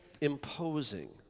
imposing